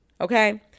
okay